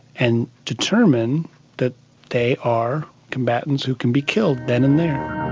and determin that they are combatants who can be killed then and there.